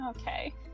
Okay